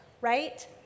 right